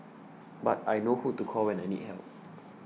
but I know who to call when I need help